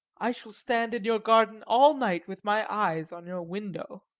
i shall stand in your garden all night with my eyes on your window.